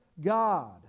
God